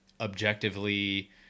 objectively